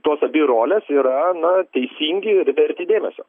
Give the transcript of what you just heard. tos abi rolės yra na teisingi ir verti dėmesio